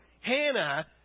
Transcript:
Hannah